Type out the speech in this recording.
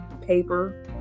paper